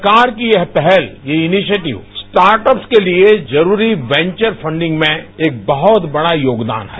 सरकार की यह पहल यह इनिशिएटिव स्टार्टअप के लिए जरूरी वैंचर फंडिंग में एक बह्त बड़ा योगदान है